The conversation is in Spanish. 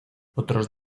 otros